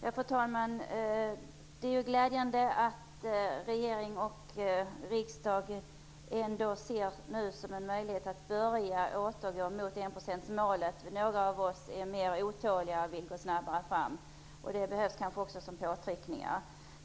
Fru talman! Det är glädjande att regering och riksdag ser en möjlighet att återgå till enprocentsmålet. Några av oss är mer otåliga och vill gå fram snabbare. Det behövs kanske påtryckningar.